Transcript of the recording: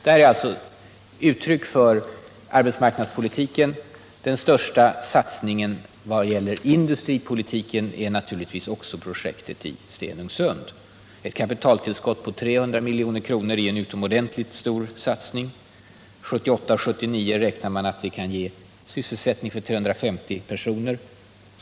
Detta är alltså en bit av arbetsmarknadspolitiken. Den största sats 63 ningen vad gäller industripolitiken är naturligtvis projektet i Stenungsund. Ett kapitaltillskott på 300 milj.kr. är en utomordentligt stor satsning. 1978-1979 räknar man med att det kan ge sysselsättning för 350 personer.